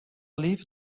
believe